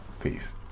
Peace